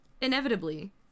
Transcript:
inevitably